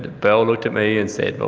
belle looked at me and said, well,